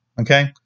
Okay